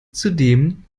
zudem